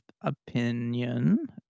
opinion